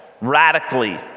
radically